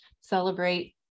celebrate